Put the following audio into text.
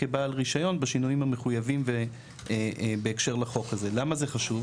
כבעל רישיון בשינויים המחויבים בהקשר לחוק הזה ולמה זה חשוב?